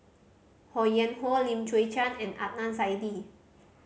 Ho Yuen Hoe Lim Chwee Chian and Adnan Saidi